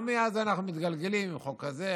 ומאז אנחנו מתגלגלים: לחוק כזה,